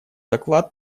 доклад